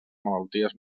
malalties